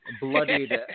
bloodied